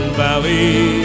valley